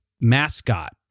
mascot